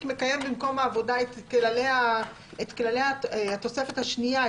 מקיים במקום העבודה את כללי התוספת השנייה,